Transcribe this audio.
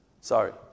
Sorry